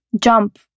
jump